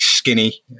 skinny